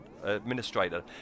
Administrator